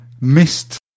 missed